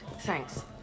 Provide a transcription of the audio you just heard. Thanks